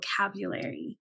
vocabulary